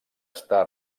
està